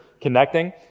connecting